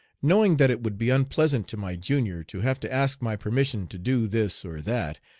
knowing that it would be unpleasant to my junior to have to ask my permission to do this or that,